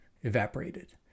evaporated